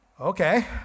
Okay